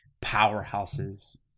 powerhouses